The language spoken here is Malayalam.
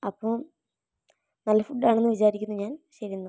അപ്പോൾ നല്ല ഫുഡാണെന്ന് വിചാരിക്കുന്നു ഞാൻ ശരി എന്നാൽ